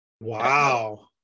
Wow